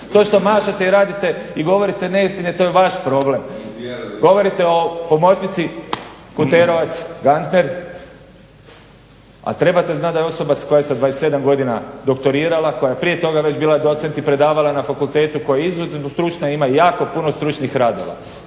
To što mašete i radite i govorite neistine to je vaš problem. Govorite o pomoćnici Kuterovac-Ganter a trebate znati da je osoba koja je sa 27 godina doktorirala, koja je prije toga već bila docent i predavala na fakultetu, koja je izuzetno stručna i ima jako puno stručnih radova.